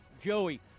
Joey